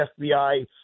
FBI